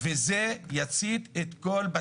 וזה יצית את כל בתי הכלא.